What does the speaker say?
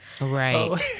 Right